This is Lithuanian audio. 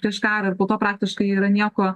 prieš karą ir po to praktiškai yra nieko